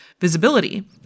visibility